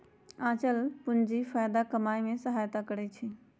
आंचल पूंजी फयदा कमाय में सहयता करइ छै